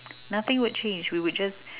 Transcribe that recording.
nothing would change we would just